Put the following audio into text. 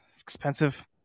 expensive